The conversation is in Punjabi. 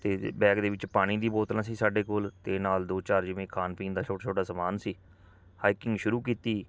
ਅਤੇ ਬੈਗ ਦੇ ਵਿੱਚ ਪਾਣੀ ਦੀ ਬੋਤਲਾਂ ਸੀ ਸਾਡੇ ਕੋਲ ਅਤੇ ਨਾਲ ਦੋ ਚਾਰ ਜਿਵੇਂ ਖਾਣ ਪੀਣ ਦਾ ਛੋਟਾ ਛੋਟਾ ਸਮਾਨ ਸੀ ਹਾਈਕਿੰਗ ਸ਼ੁਰੂ ਕੀਤੀ